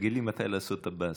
תגיד לי מתי לעשות את הבס.